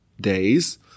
days